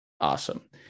awesome